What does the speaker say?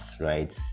right